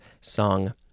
song